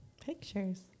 Pictures